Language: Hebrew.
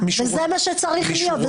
וזה מה שצריך להיות.